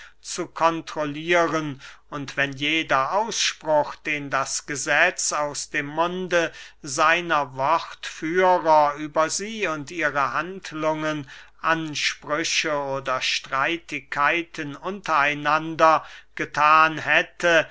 zu kontrollieren und wenn jeder ausspruch den das gesetz aus dem munde seiner wortführer über sie und ihre handlungen ansprüche oder streitigkeiten unter einander gethan hätte